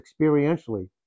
experientially